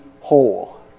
whole